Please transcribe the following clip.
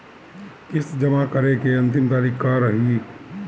किस्त जमा करे के अंतिम तारीख का रही?